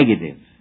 negative